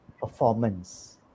performance